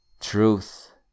truth